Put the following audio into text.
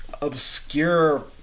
obscure